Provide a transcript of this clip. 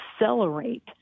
accelerate